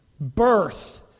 Birth